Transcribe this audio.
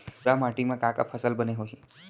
भूरा माटी मा का का फसल बने होही?